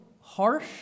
harsh